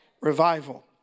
revival